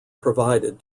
provided